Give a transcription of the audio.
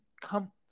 come –